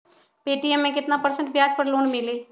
Paytm मे केतना percent ब्याज पर लोन मिली?